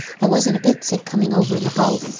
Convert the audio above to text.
i wasn't a bit sick coming over in the boat.